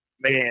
man